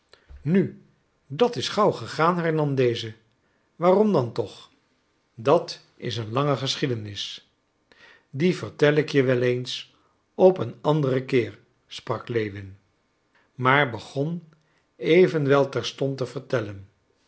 nu dat is gauw gegaan hernam deze waarom dan toch dat is een lange geschiedenis die vertel ik je eens op een anderen keer sprak lewin maar begon evenwel terstond te vertellen